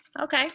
Okay